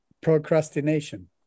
procrastination